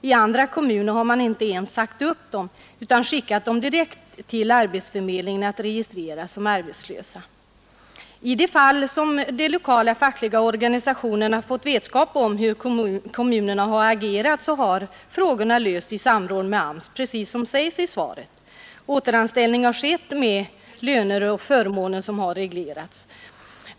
I andra kommuner har man inte ens sagt upp de anställda utan skickat dem direkt till arbetsförmedlingen för att registreras som arbetslösa. I de fall de lokala fackliga organisationerna har fått vetskap om hur kommunerna agerat har frågorna lösts i samråd med AMS, precis som det sägs i svaret. Återanställning har skett och löner och förmåner har reglerats.